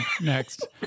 next